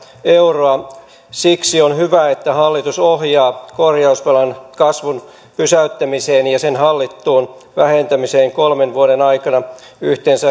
euroa siksi on hyvä että hallitus ohjaa korjausvelan kasvun pysäyttämiseen ja ja sen hallittuun vähentämiseen kolmen vuoden aikana yhteensä